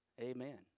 Amen